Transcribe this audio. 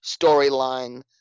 storyline